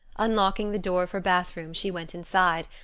unlocking the door of her bath-room she went inside,